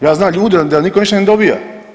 Ja znam ljude da nitko ništa ne dobija.